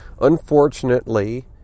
Unfortunately